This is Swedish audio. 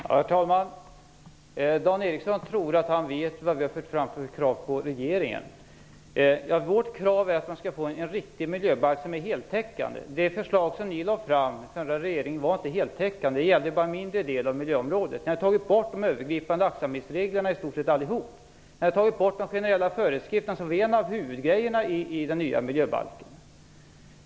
Herr talman! Dan Ericsson tror att han vet vad vi har framfört för krav på regeringen. Vårt krav är att vi skall få en riktig miljöbalk som är heltäckande. Det förslag som den förra regeringen lade fram var inte heltäckande. Det gällde bara en mindre del av miljöområdet. Ni har tagit bort de övergripande aktsamhetsreglerna i stort sett helt. Ni har tagit bort de generella föreskrifterna, som är en av huvudsakerna i den nya miljöbalken.